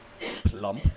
plump